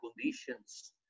conditions